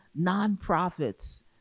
nonprofits